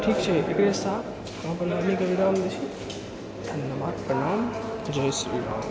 ठीक छै एकरे साथ हम अपन वाणीके विराम दै छी धन्यवाद प्रणाम जय श्रीराम